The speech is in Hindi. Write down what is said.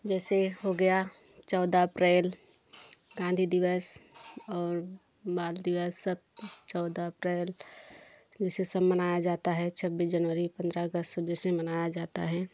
जैसे हो गया चौदह अप्रैल गांधी दिवस और बाल दिवस सब चौदह अप्रैल से सब मनाया जाता है छब्बीस जनवरी पंद्रह अगस्त सुबह से मनाया जाता है